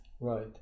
right